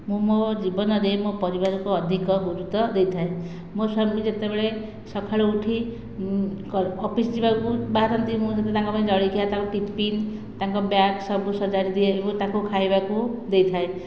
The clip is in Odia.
ମୁଁ ମୋ' ଜୀବନରେ ମୋ' ପରିବାରକୁ ଅଧିକ ଗୁରୁତ୍ୱ ଦେଇଥାଏ ମୋ' ସ୍ୱାମୀ ଯେତେବେଳେ ସକାଳୁ ଉଠି ଅଫିସ୍ ଯିବାକୁ ବାହାରନ୍ତି ମୁଁ ସେଠୁ ତାଙ୍କପାଇଁ ଜଳଖିଆ ତାଙ୍କ ଟିଫିନ୍ ତାଙ୍କ ବ୍ୟାଗ୍ ସବୁ ସଜାଡ଼ି ଦିଏ ଏବଂ ତାଙ୍କୁ ଖାଇବାକୁ ଦେଇଥାଏ